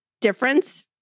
difference